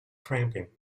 cramping